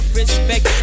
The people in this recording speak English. respect